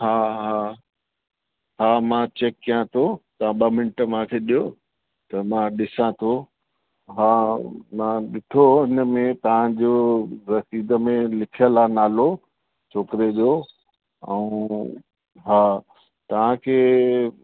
हा हा हा मां चेक कयां थो तव्हां ॿ मिनट मांखे ॾियो त मां ॾिसां थो हा मां ॾिठो हिन में तव्हांजो रसीद में लिखयल आहे नालो छोकिरे जो ऐं हा तव्हांखे